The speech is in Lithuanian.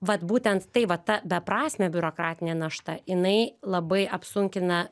vat būtent tai va ta beprasmė biurokratinė našta jinai labai apsunkina